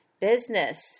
business